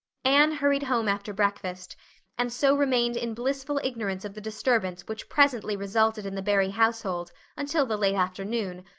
anne hurried home after breakfast and so remained in blissful ignorance of the disturbance which presently resulted in the barry household until the late afternoon,